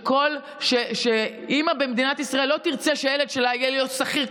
שכל אימא במדינת ישראל לא תרצה שהילד שלה יגיע להיות שכיר.